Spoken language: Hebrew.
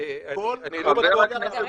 --- חבר הכנסת דיכטר,